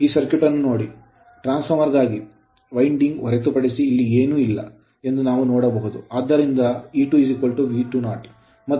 ಈಗ ಸರ್ಕ್ಯೂಟ್ ಅನ್ನು ನೋಡಿ ಆದರ್ಶ ಟ್ರಾನ್ಸ್ ಫಾರ್ಮರ್ ಗಾಗಿ ವೈಂಡಿಂಗ್ ಹೊರತುಪಡಿಸಿ ಇಲ್ಲಿ ಏನೂ ಇಲ್ಲ ಎಂದು ನಾವು ನೋಡಬಹುದು